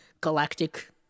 galactic